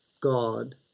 God